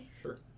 Sure